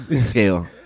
scale